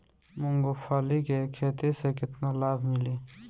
मूँगफली के खेती से केतना लाभ मिली?